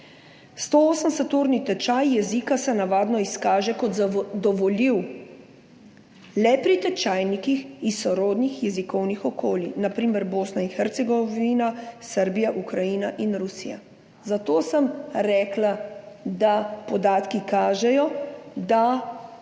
180-urni tečaj jezika se navadno izkaže kot zadovoljiv le pri tečajnikih iz sorodnih jezikovnih okolij, na primer Bosna in Hercegovina, Srbija, Ukrajina in Rusija.« Zato sem rekla, da podatki kažejo, da